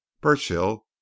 burchill